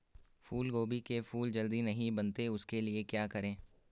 फूलगोभी के फूल जल्दी नहीं बनते उसके लिए क्या करें?